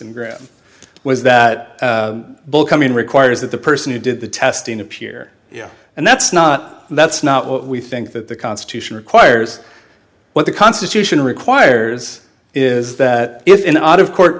syndrome was that bill coming requires that the person who did the testing appear yeah and that's not that's not what we think that the constitution requires what the constitution requires is that if in out of court